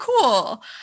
cool